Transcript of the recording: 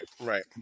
right